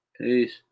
Peace